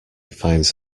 finds